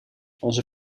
onze